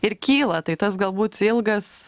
ir kyla tai tas galbūt ilgas